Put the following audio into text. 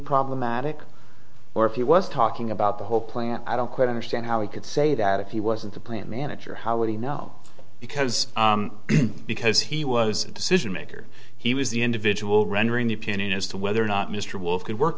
problematic or if he was talking about the whole plant i don't quite understand how he could say that if he wasn't the plant manager how would he know because because he was a decision maker he was the individual rendering the opinion as to whether or not mr wolf could work